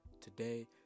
today